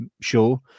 show